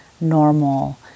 normal